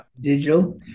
digital